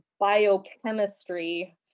biochemistry